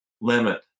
limit